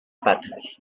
patrie